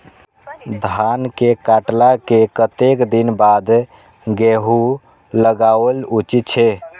धान के काटला के कतेक दिन बाद गैहूं लागाओल उचित छे?